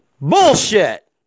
Bullshit